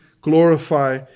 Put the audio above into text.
glorify